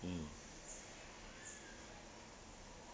mm